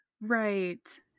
Right